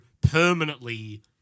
permanently